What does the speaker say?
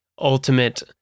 ultimate